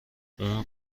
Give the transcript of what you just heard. اون